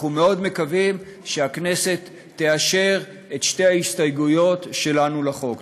אנחנו מאוד מקווים שהכנסת תאשר את שתי ההסתייגויות שלנו לחוק.